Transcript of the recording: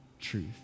truth